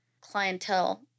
clientele